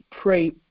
pray